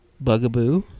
Bugaboo